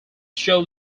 show